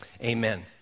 amen